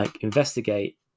investigate